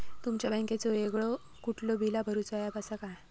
तुमच्या बँकेचो वेगळो कुठलो बिला भरूचो ऍप असा काय?